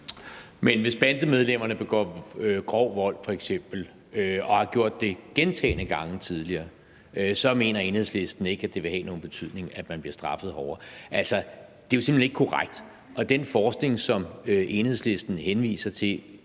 Men hvis bandemedlemmerne f.eks. begår grov vold og har gjort det gentagne gange tidligere, mener Enhedslisten ikke, at det vil have nogen betydning, at man bliver straffet hårdere? Altså, det er jo simpelt hen ikke korrekt, og den forskning, som Enhedslisten henviser til,